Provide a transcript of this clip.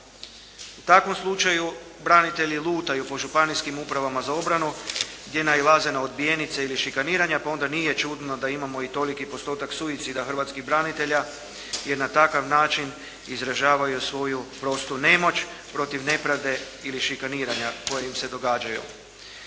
U takvom slučaju branitelji lutaju po županijskim upravama za obranu gdje nailaze na odbijenice ili šikaniranja pa onda nije čudno da imamo i toliki postotak suicida hrvatskih branitelja jer na takav način izražavaju svoju prostu nemoć protiv nepravde ili šikaniranja koja im se događaju.